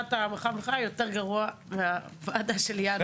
מבחינת ההערכה יותר גרוע מהמצב שהיה בוועדה של ינואר.